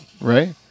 right